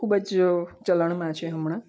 ખૂબ જ ચલણમાં છે હમણાં